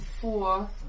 four